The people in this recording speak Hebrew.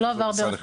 משרד החינוך.